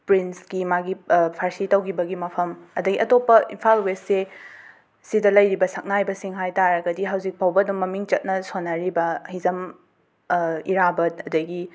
ꯄ꯭ꯔꯤꯟꯁꯀꯤ ꯃꯥꯒꯤ ꯐꯥꯔꯁꯤ ꯇꯧꯒꯤꯕꯒꯤ ꯃꯐꯝ ꯑꯗꯒꯤ ꯑꯇꯣꯞꯄ ꯏꯝꯐꯥꯜ ꯋꯦꯁꯁꯦ ꯁꯤꯗ ꯂꯩꯔꯤꯕ ꯁꯛꯅꯥꯏꯕꯁꯤꯡ ꯍꯥꯏꯇꯔꯒꯗꯤ ꯍꯧꯖꯤꯛ ꯐꯧꯕ ꯑꯗꯨꯝ ꯃꯃꯤꯡ ꯆꯠꯅ ꯁꯣꯟꯅꯔꯤꯕ ꯍꯤꯖꯝ ꯏꯔꯥꯕꯠ ꯑꯗꯒꯤ